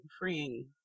freeing